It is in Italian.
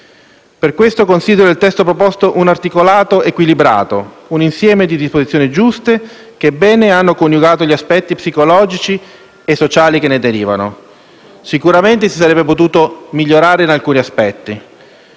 Per queste ragioni, considero il testo proposto un articolato equilibrato, un insieme di disposizioni giuste che bene hanno coniugato gli aspetti psicologici e sociali che ne derivano. Sicuramente si sarebbe potuto migliorare in alcuni aspetti,